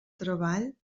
treball